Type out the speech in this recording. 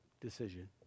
decision